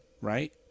Right